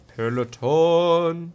Peloton